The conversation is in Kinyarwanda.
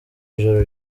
ijoro